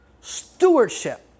stewardship